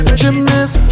gymnast